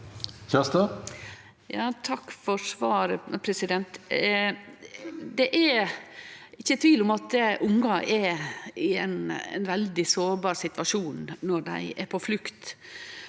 Takk for svar- et. Det er ikkje tvil om at ungar er i ein veldig sårbar situasjon når dei er på flukt,